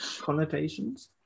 Connotations